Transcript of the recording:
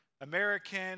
American